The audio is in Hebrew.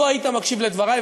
לו היית מקשיב לדברי,